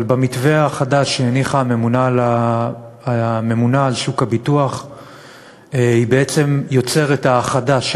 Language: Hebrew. אבל במתווה החדש שהניחה הממונה על שוק הביטוח היא בעצם יוצרת האחדה,